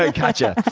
ah gotcha.